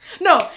No